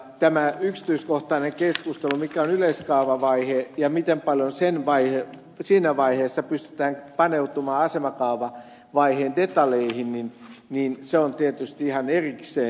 tämä yksityiskohtainen keskustelu mikä on yleiskaavavaihe ja miten paljon siinä vaiheessa pystytään paneutumaan asemakaavavaiheen detaljeihin on tietysti asia ihan erikseen